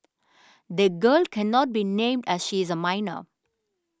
the girl cannot be named as she is a minor